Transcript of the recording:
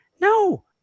no